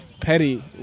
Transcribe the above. petty